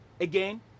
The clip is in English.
Again